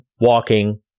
walking